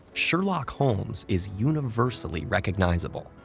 sherlock holmes is universally recognizable.